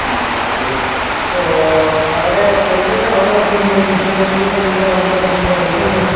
ആ ആ ഓക്കെ ഇപ്പോൾ അവിടെ എന്ത് ആയിട്ടാ അവിടെ വർക്ക് ചെയ്ത് ഉണ്ടായിരുന്നത് ഇൻസ്ട്രുമെൻറ്റേഷൻ കമ്പനിയുടെ അവിടെ എന്താ വർക്ക് ചെയ്ത പോസ്റ്റ് എന്ത് ആയിരുന്നു